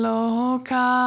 Loka